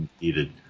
needed